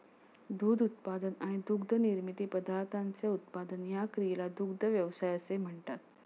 दूध उत्पादन आणि दुग्धनिर्मित पदार्थांचे उत्पादन या क्रियेला दुग्ध व्यवसाय असे म्हणतात